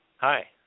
Hi